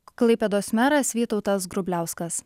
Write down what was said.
klaipėdos meras vytautas grubliauskas